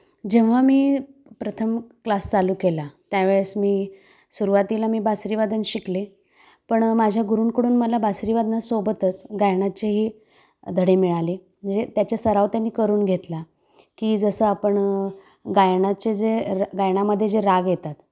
जेव्हा मी प्रथम क्लास चालू केला त्यावेळेस मी सुरवातीला मी बासरीवादन शिकले पण माझ्या गुरुंकडून मला बासरीवादनासोबतच गायनाचेही धडे मिळाले म्हणजे त्याच्या सराव त्यांनी करून घेतला की जसं आपण गायनाचे जे र गायनामध्ये जे राग येतात